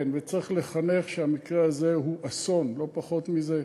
כן, וצריך לחנך שהמקרה הזה הוא אסון, לא פחות מזה,